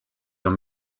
your